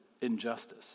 injustice